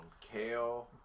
Kale